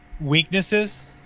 weaknesses